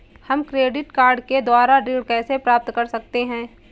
हम credit card के द्वारा ऋण कैसे प्राप्त कर सकते हैं?